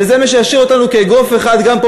וזה מה שישאיר אותנו כאגרוף אחד גם פה,